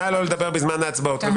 נא לא לדבר בזמן ההצבעות.